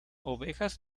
ovejas